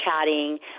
chatting